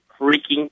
freaking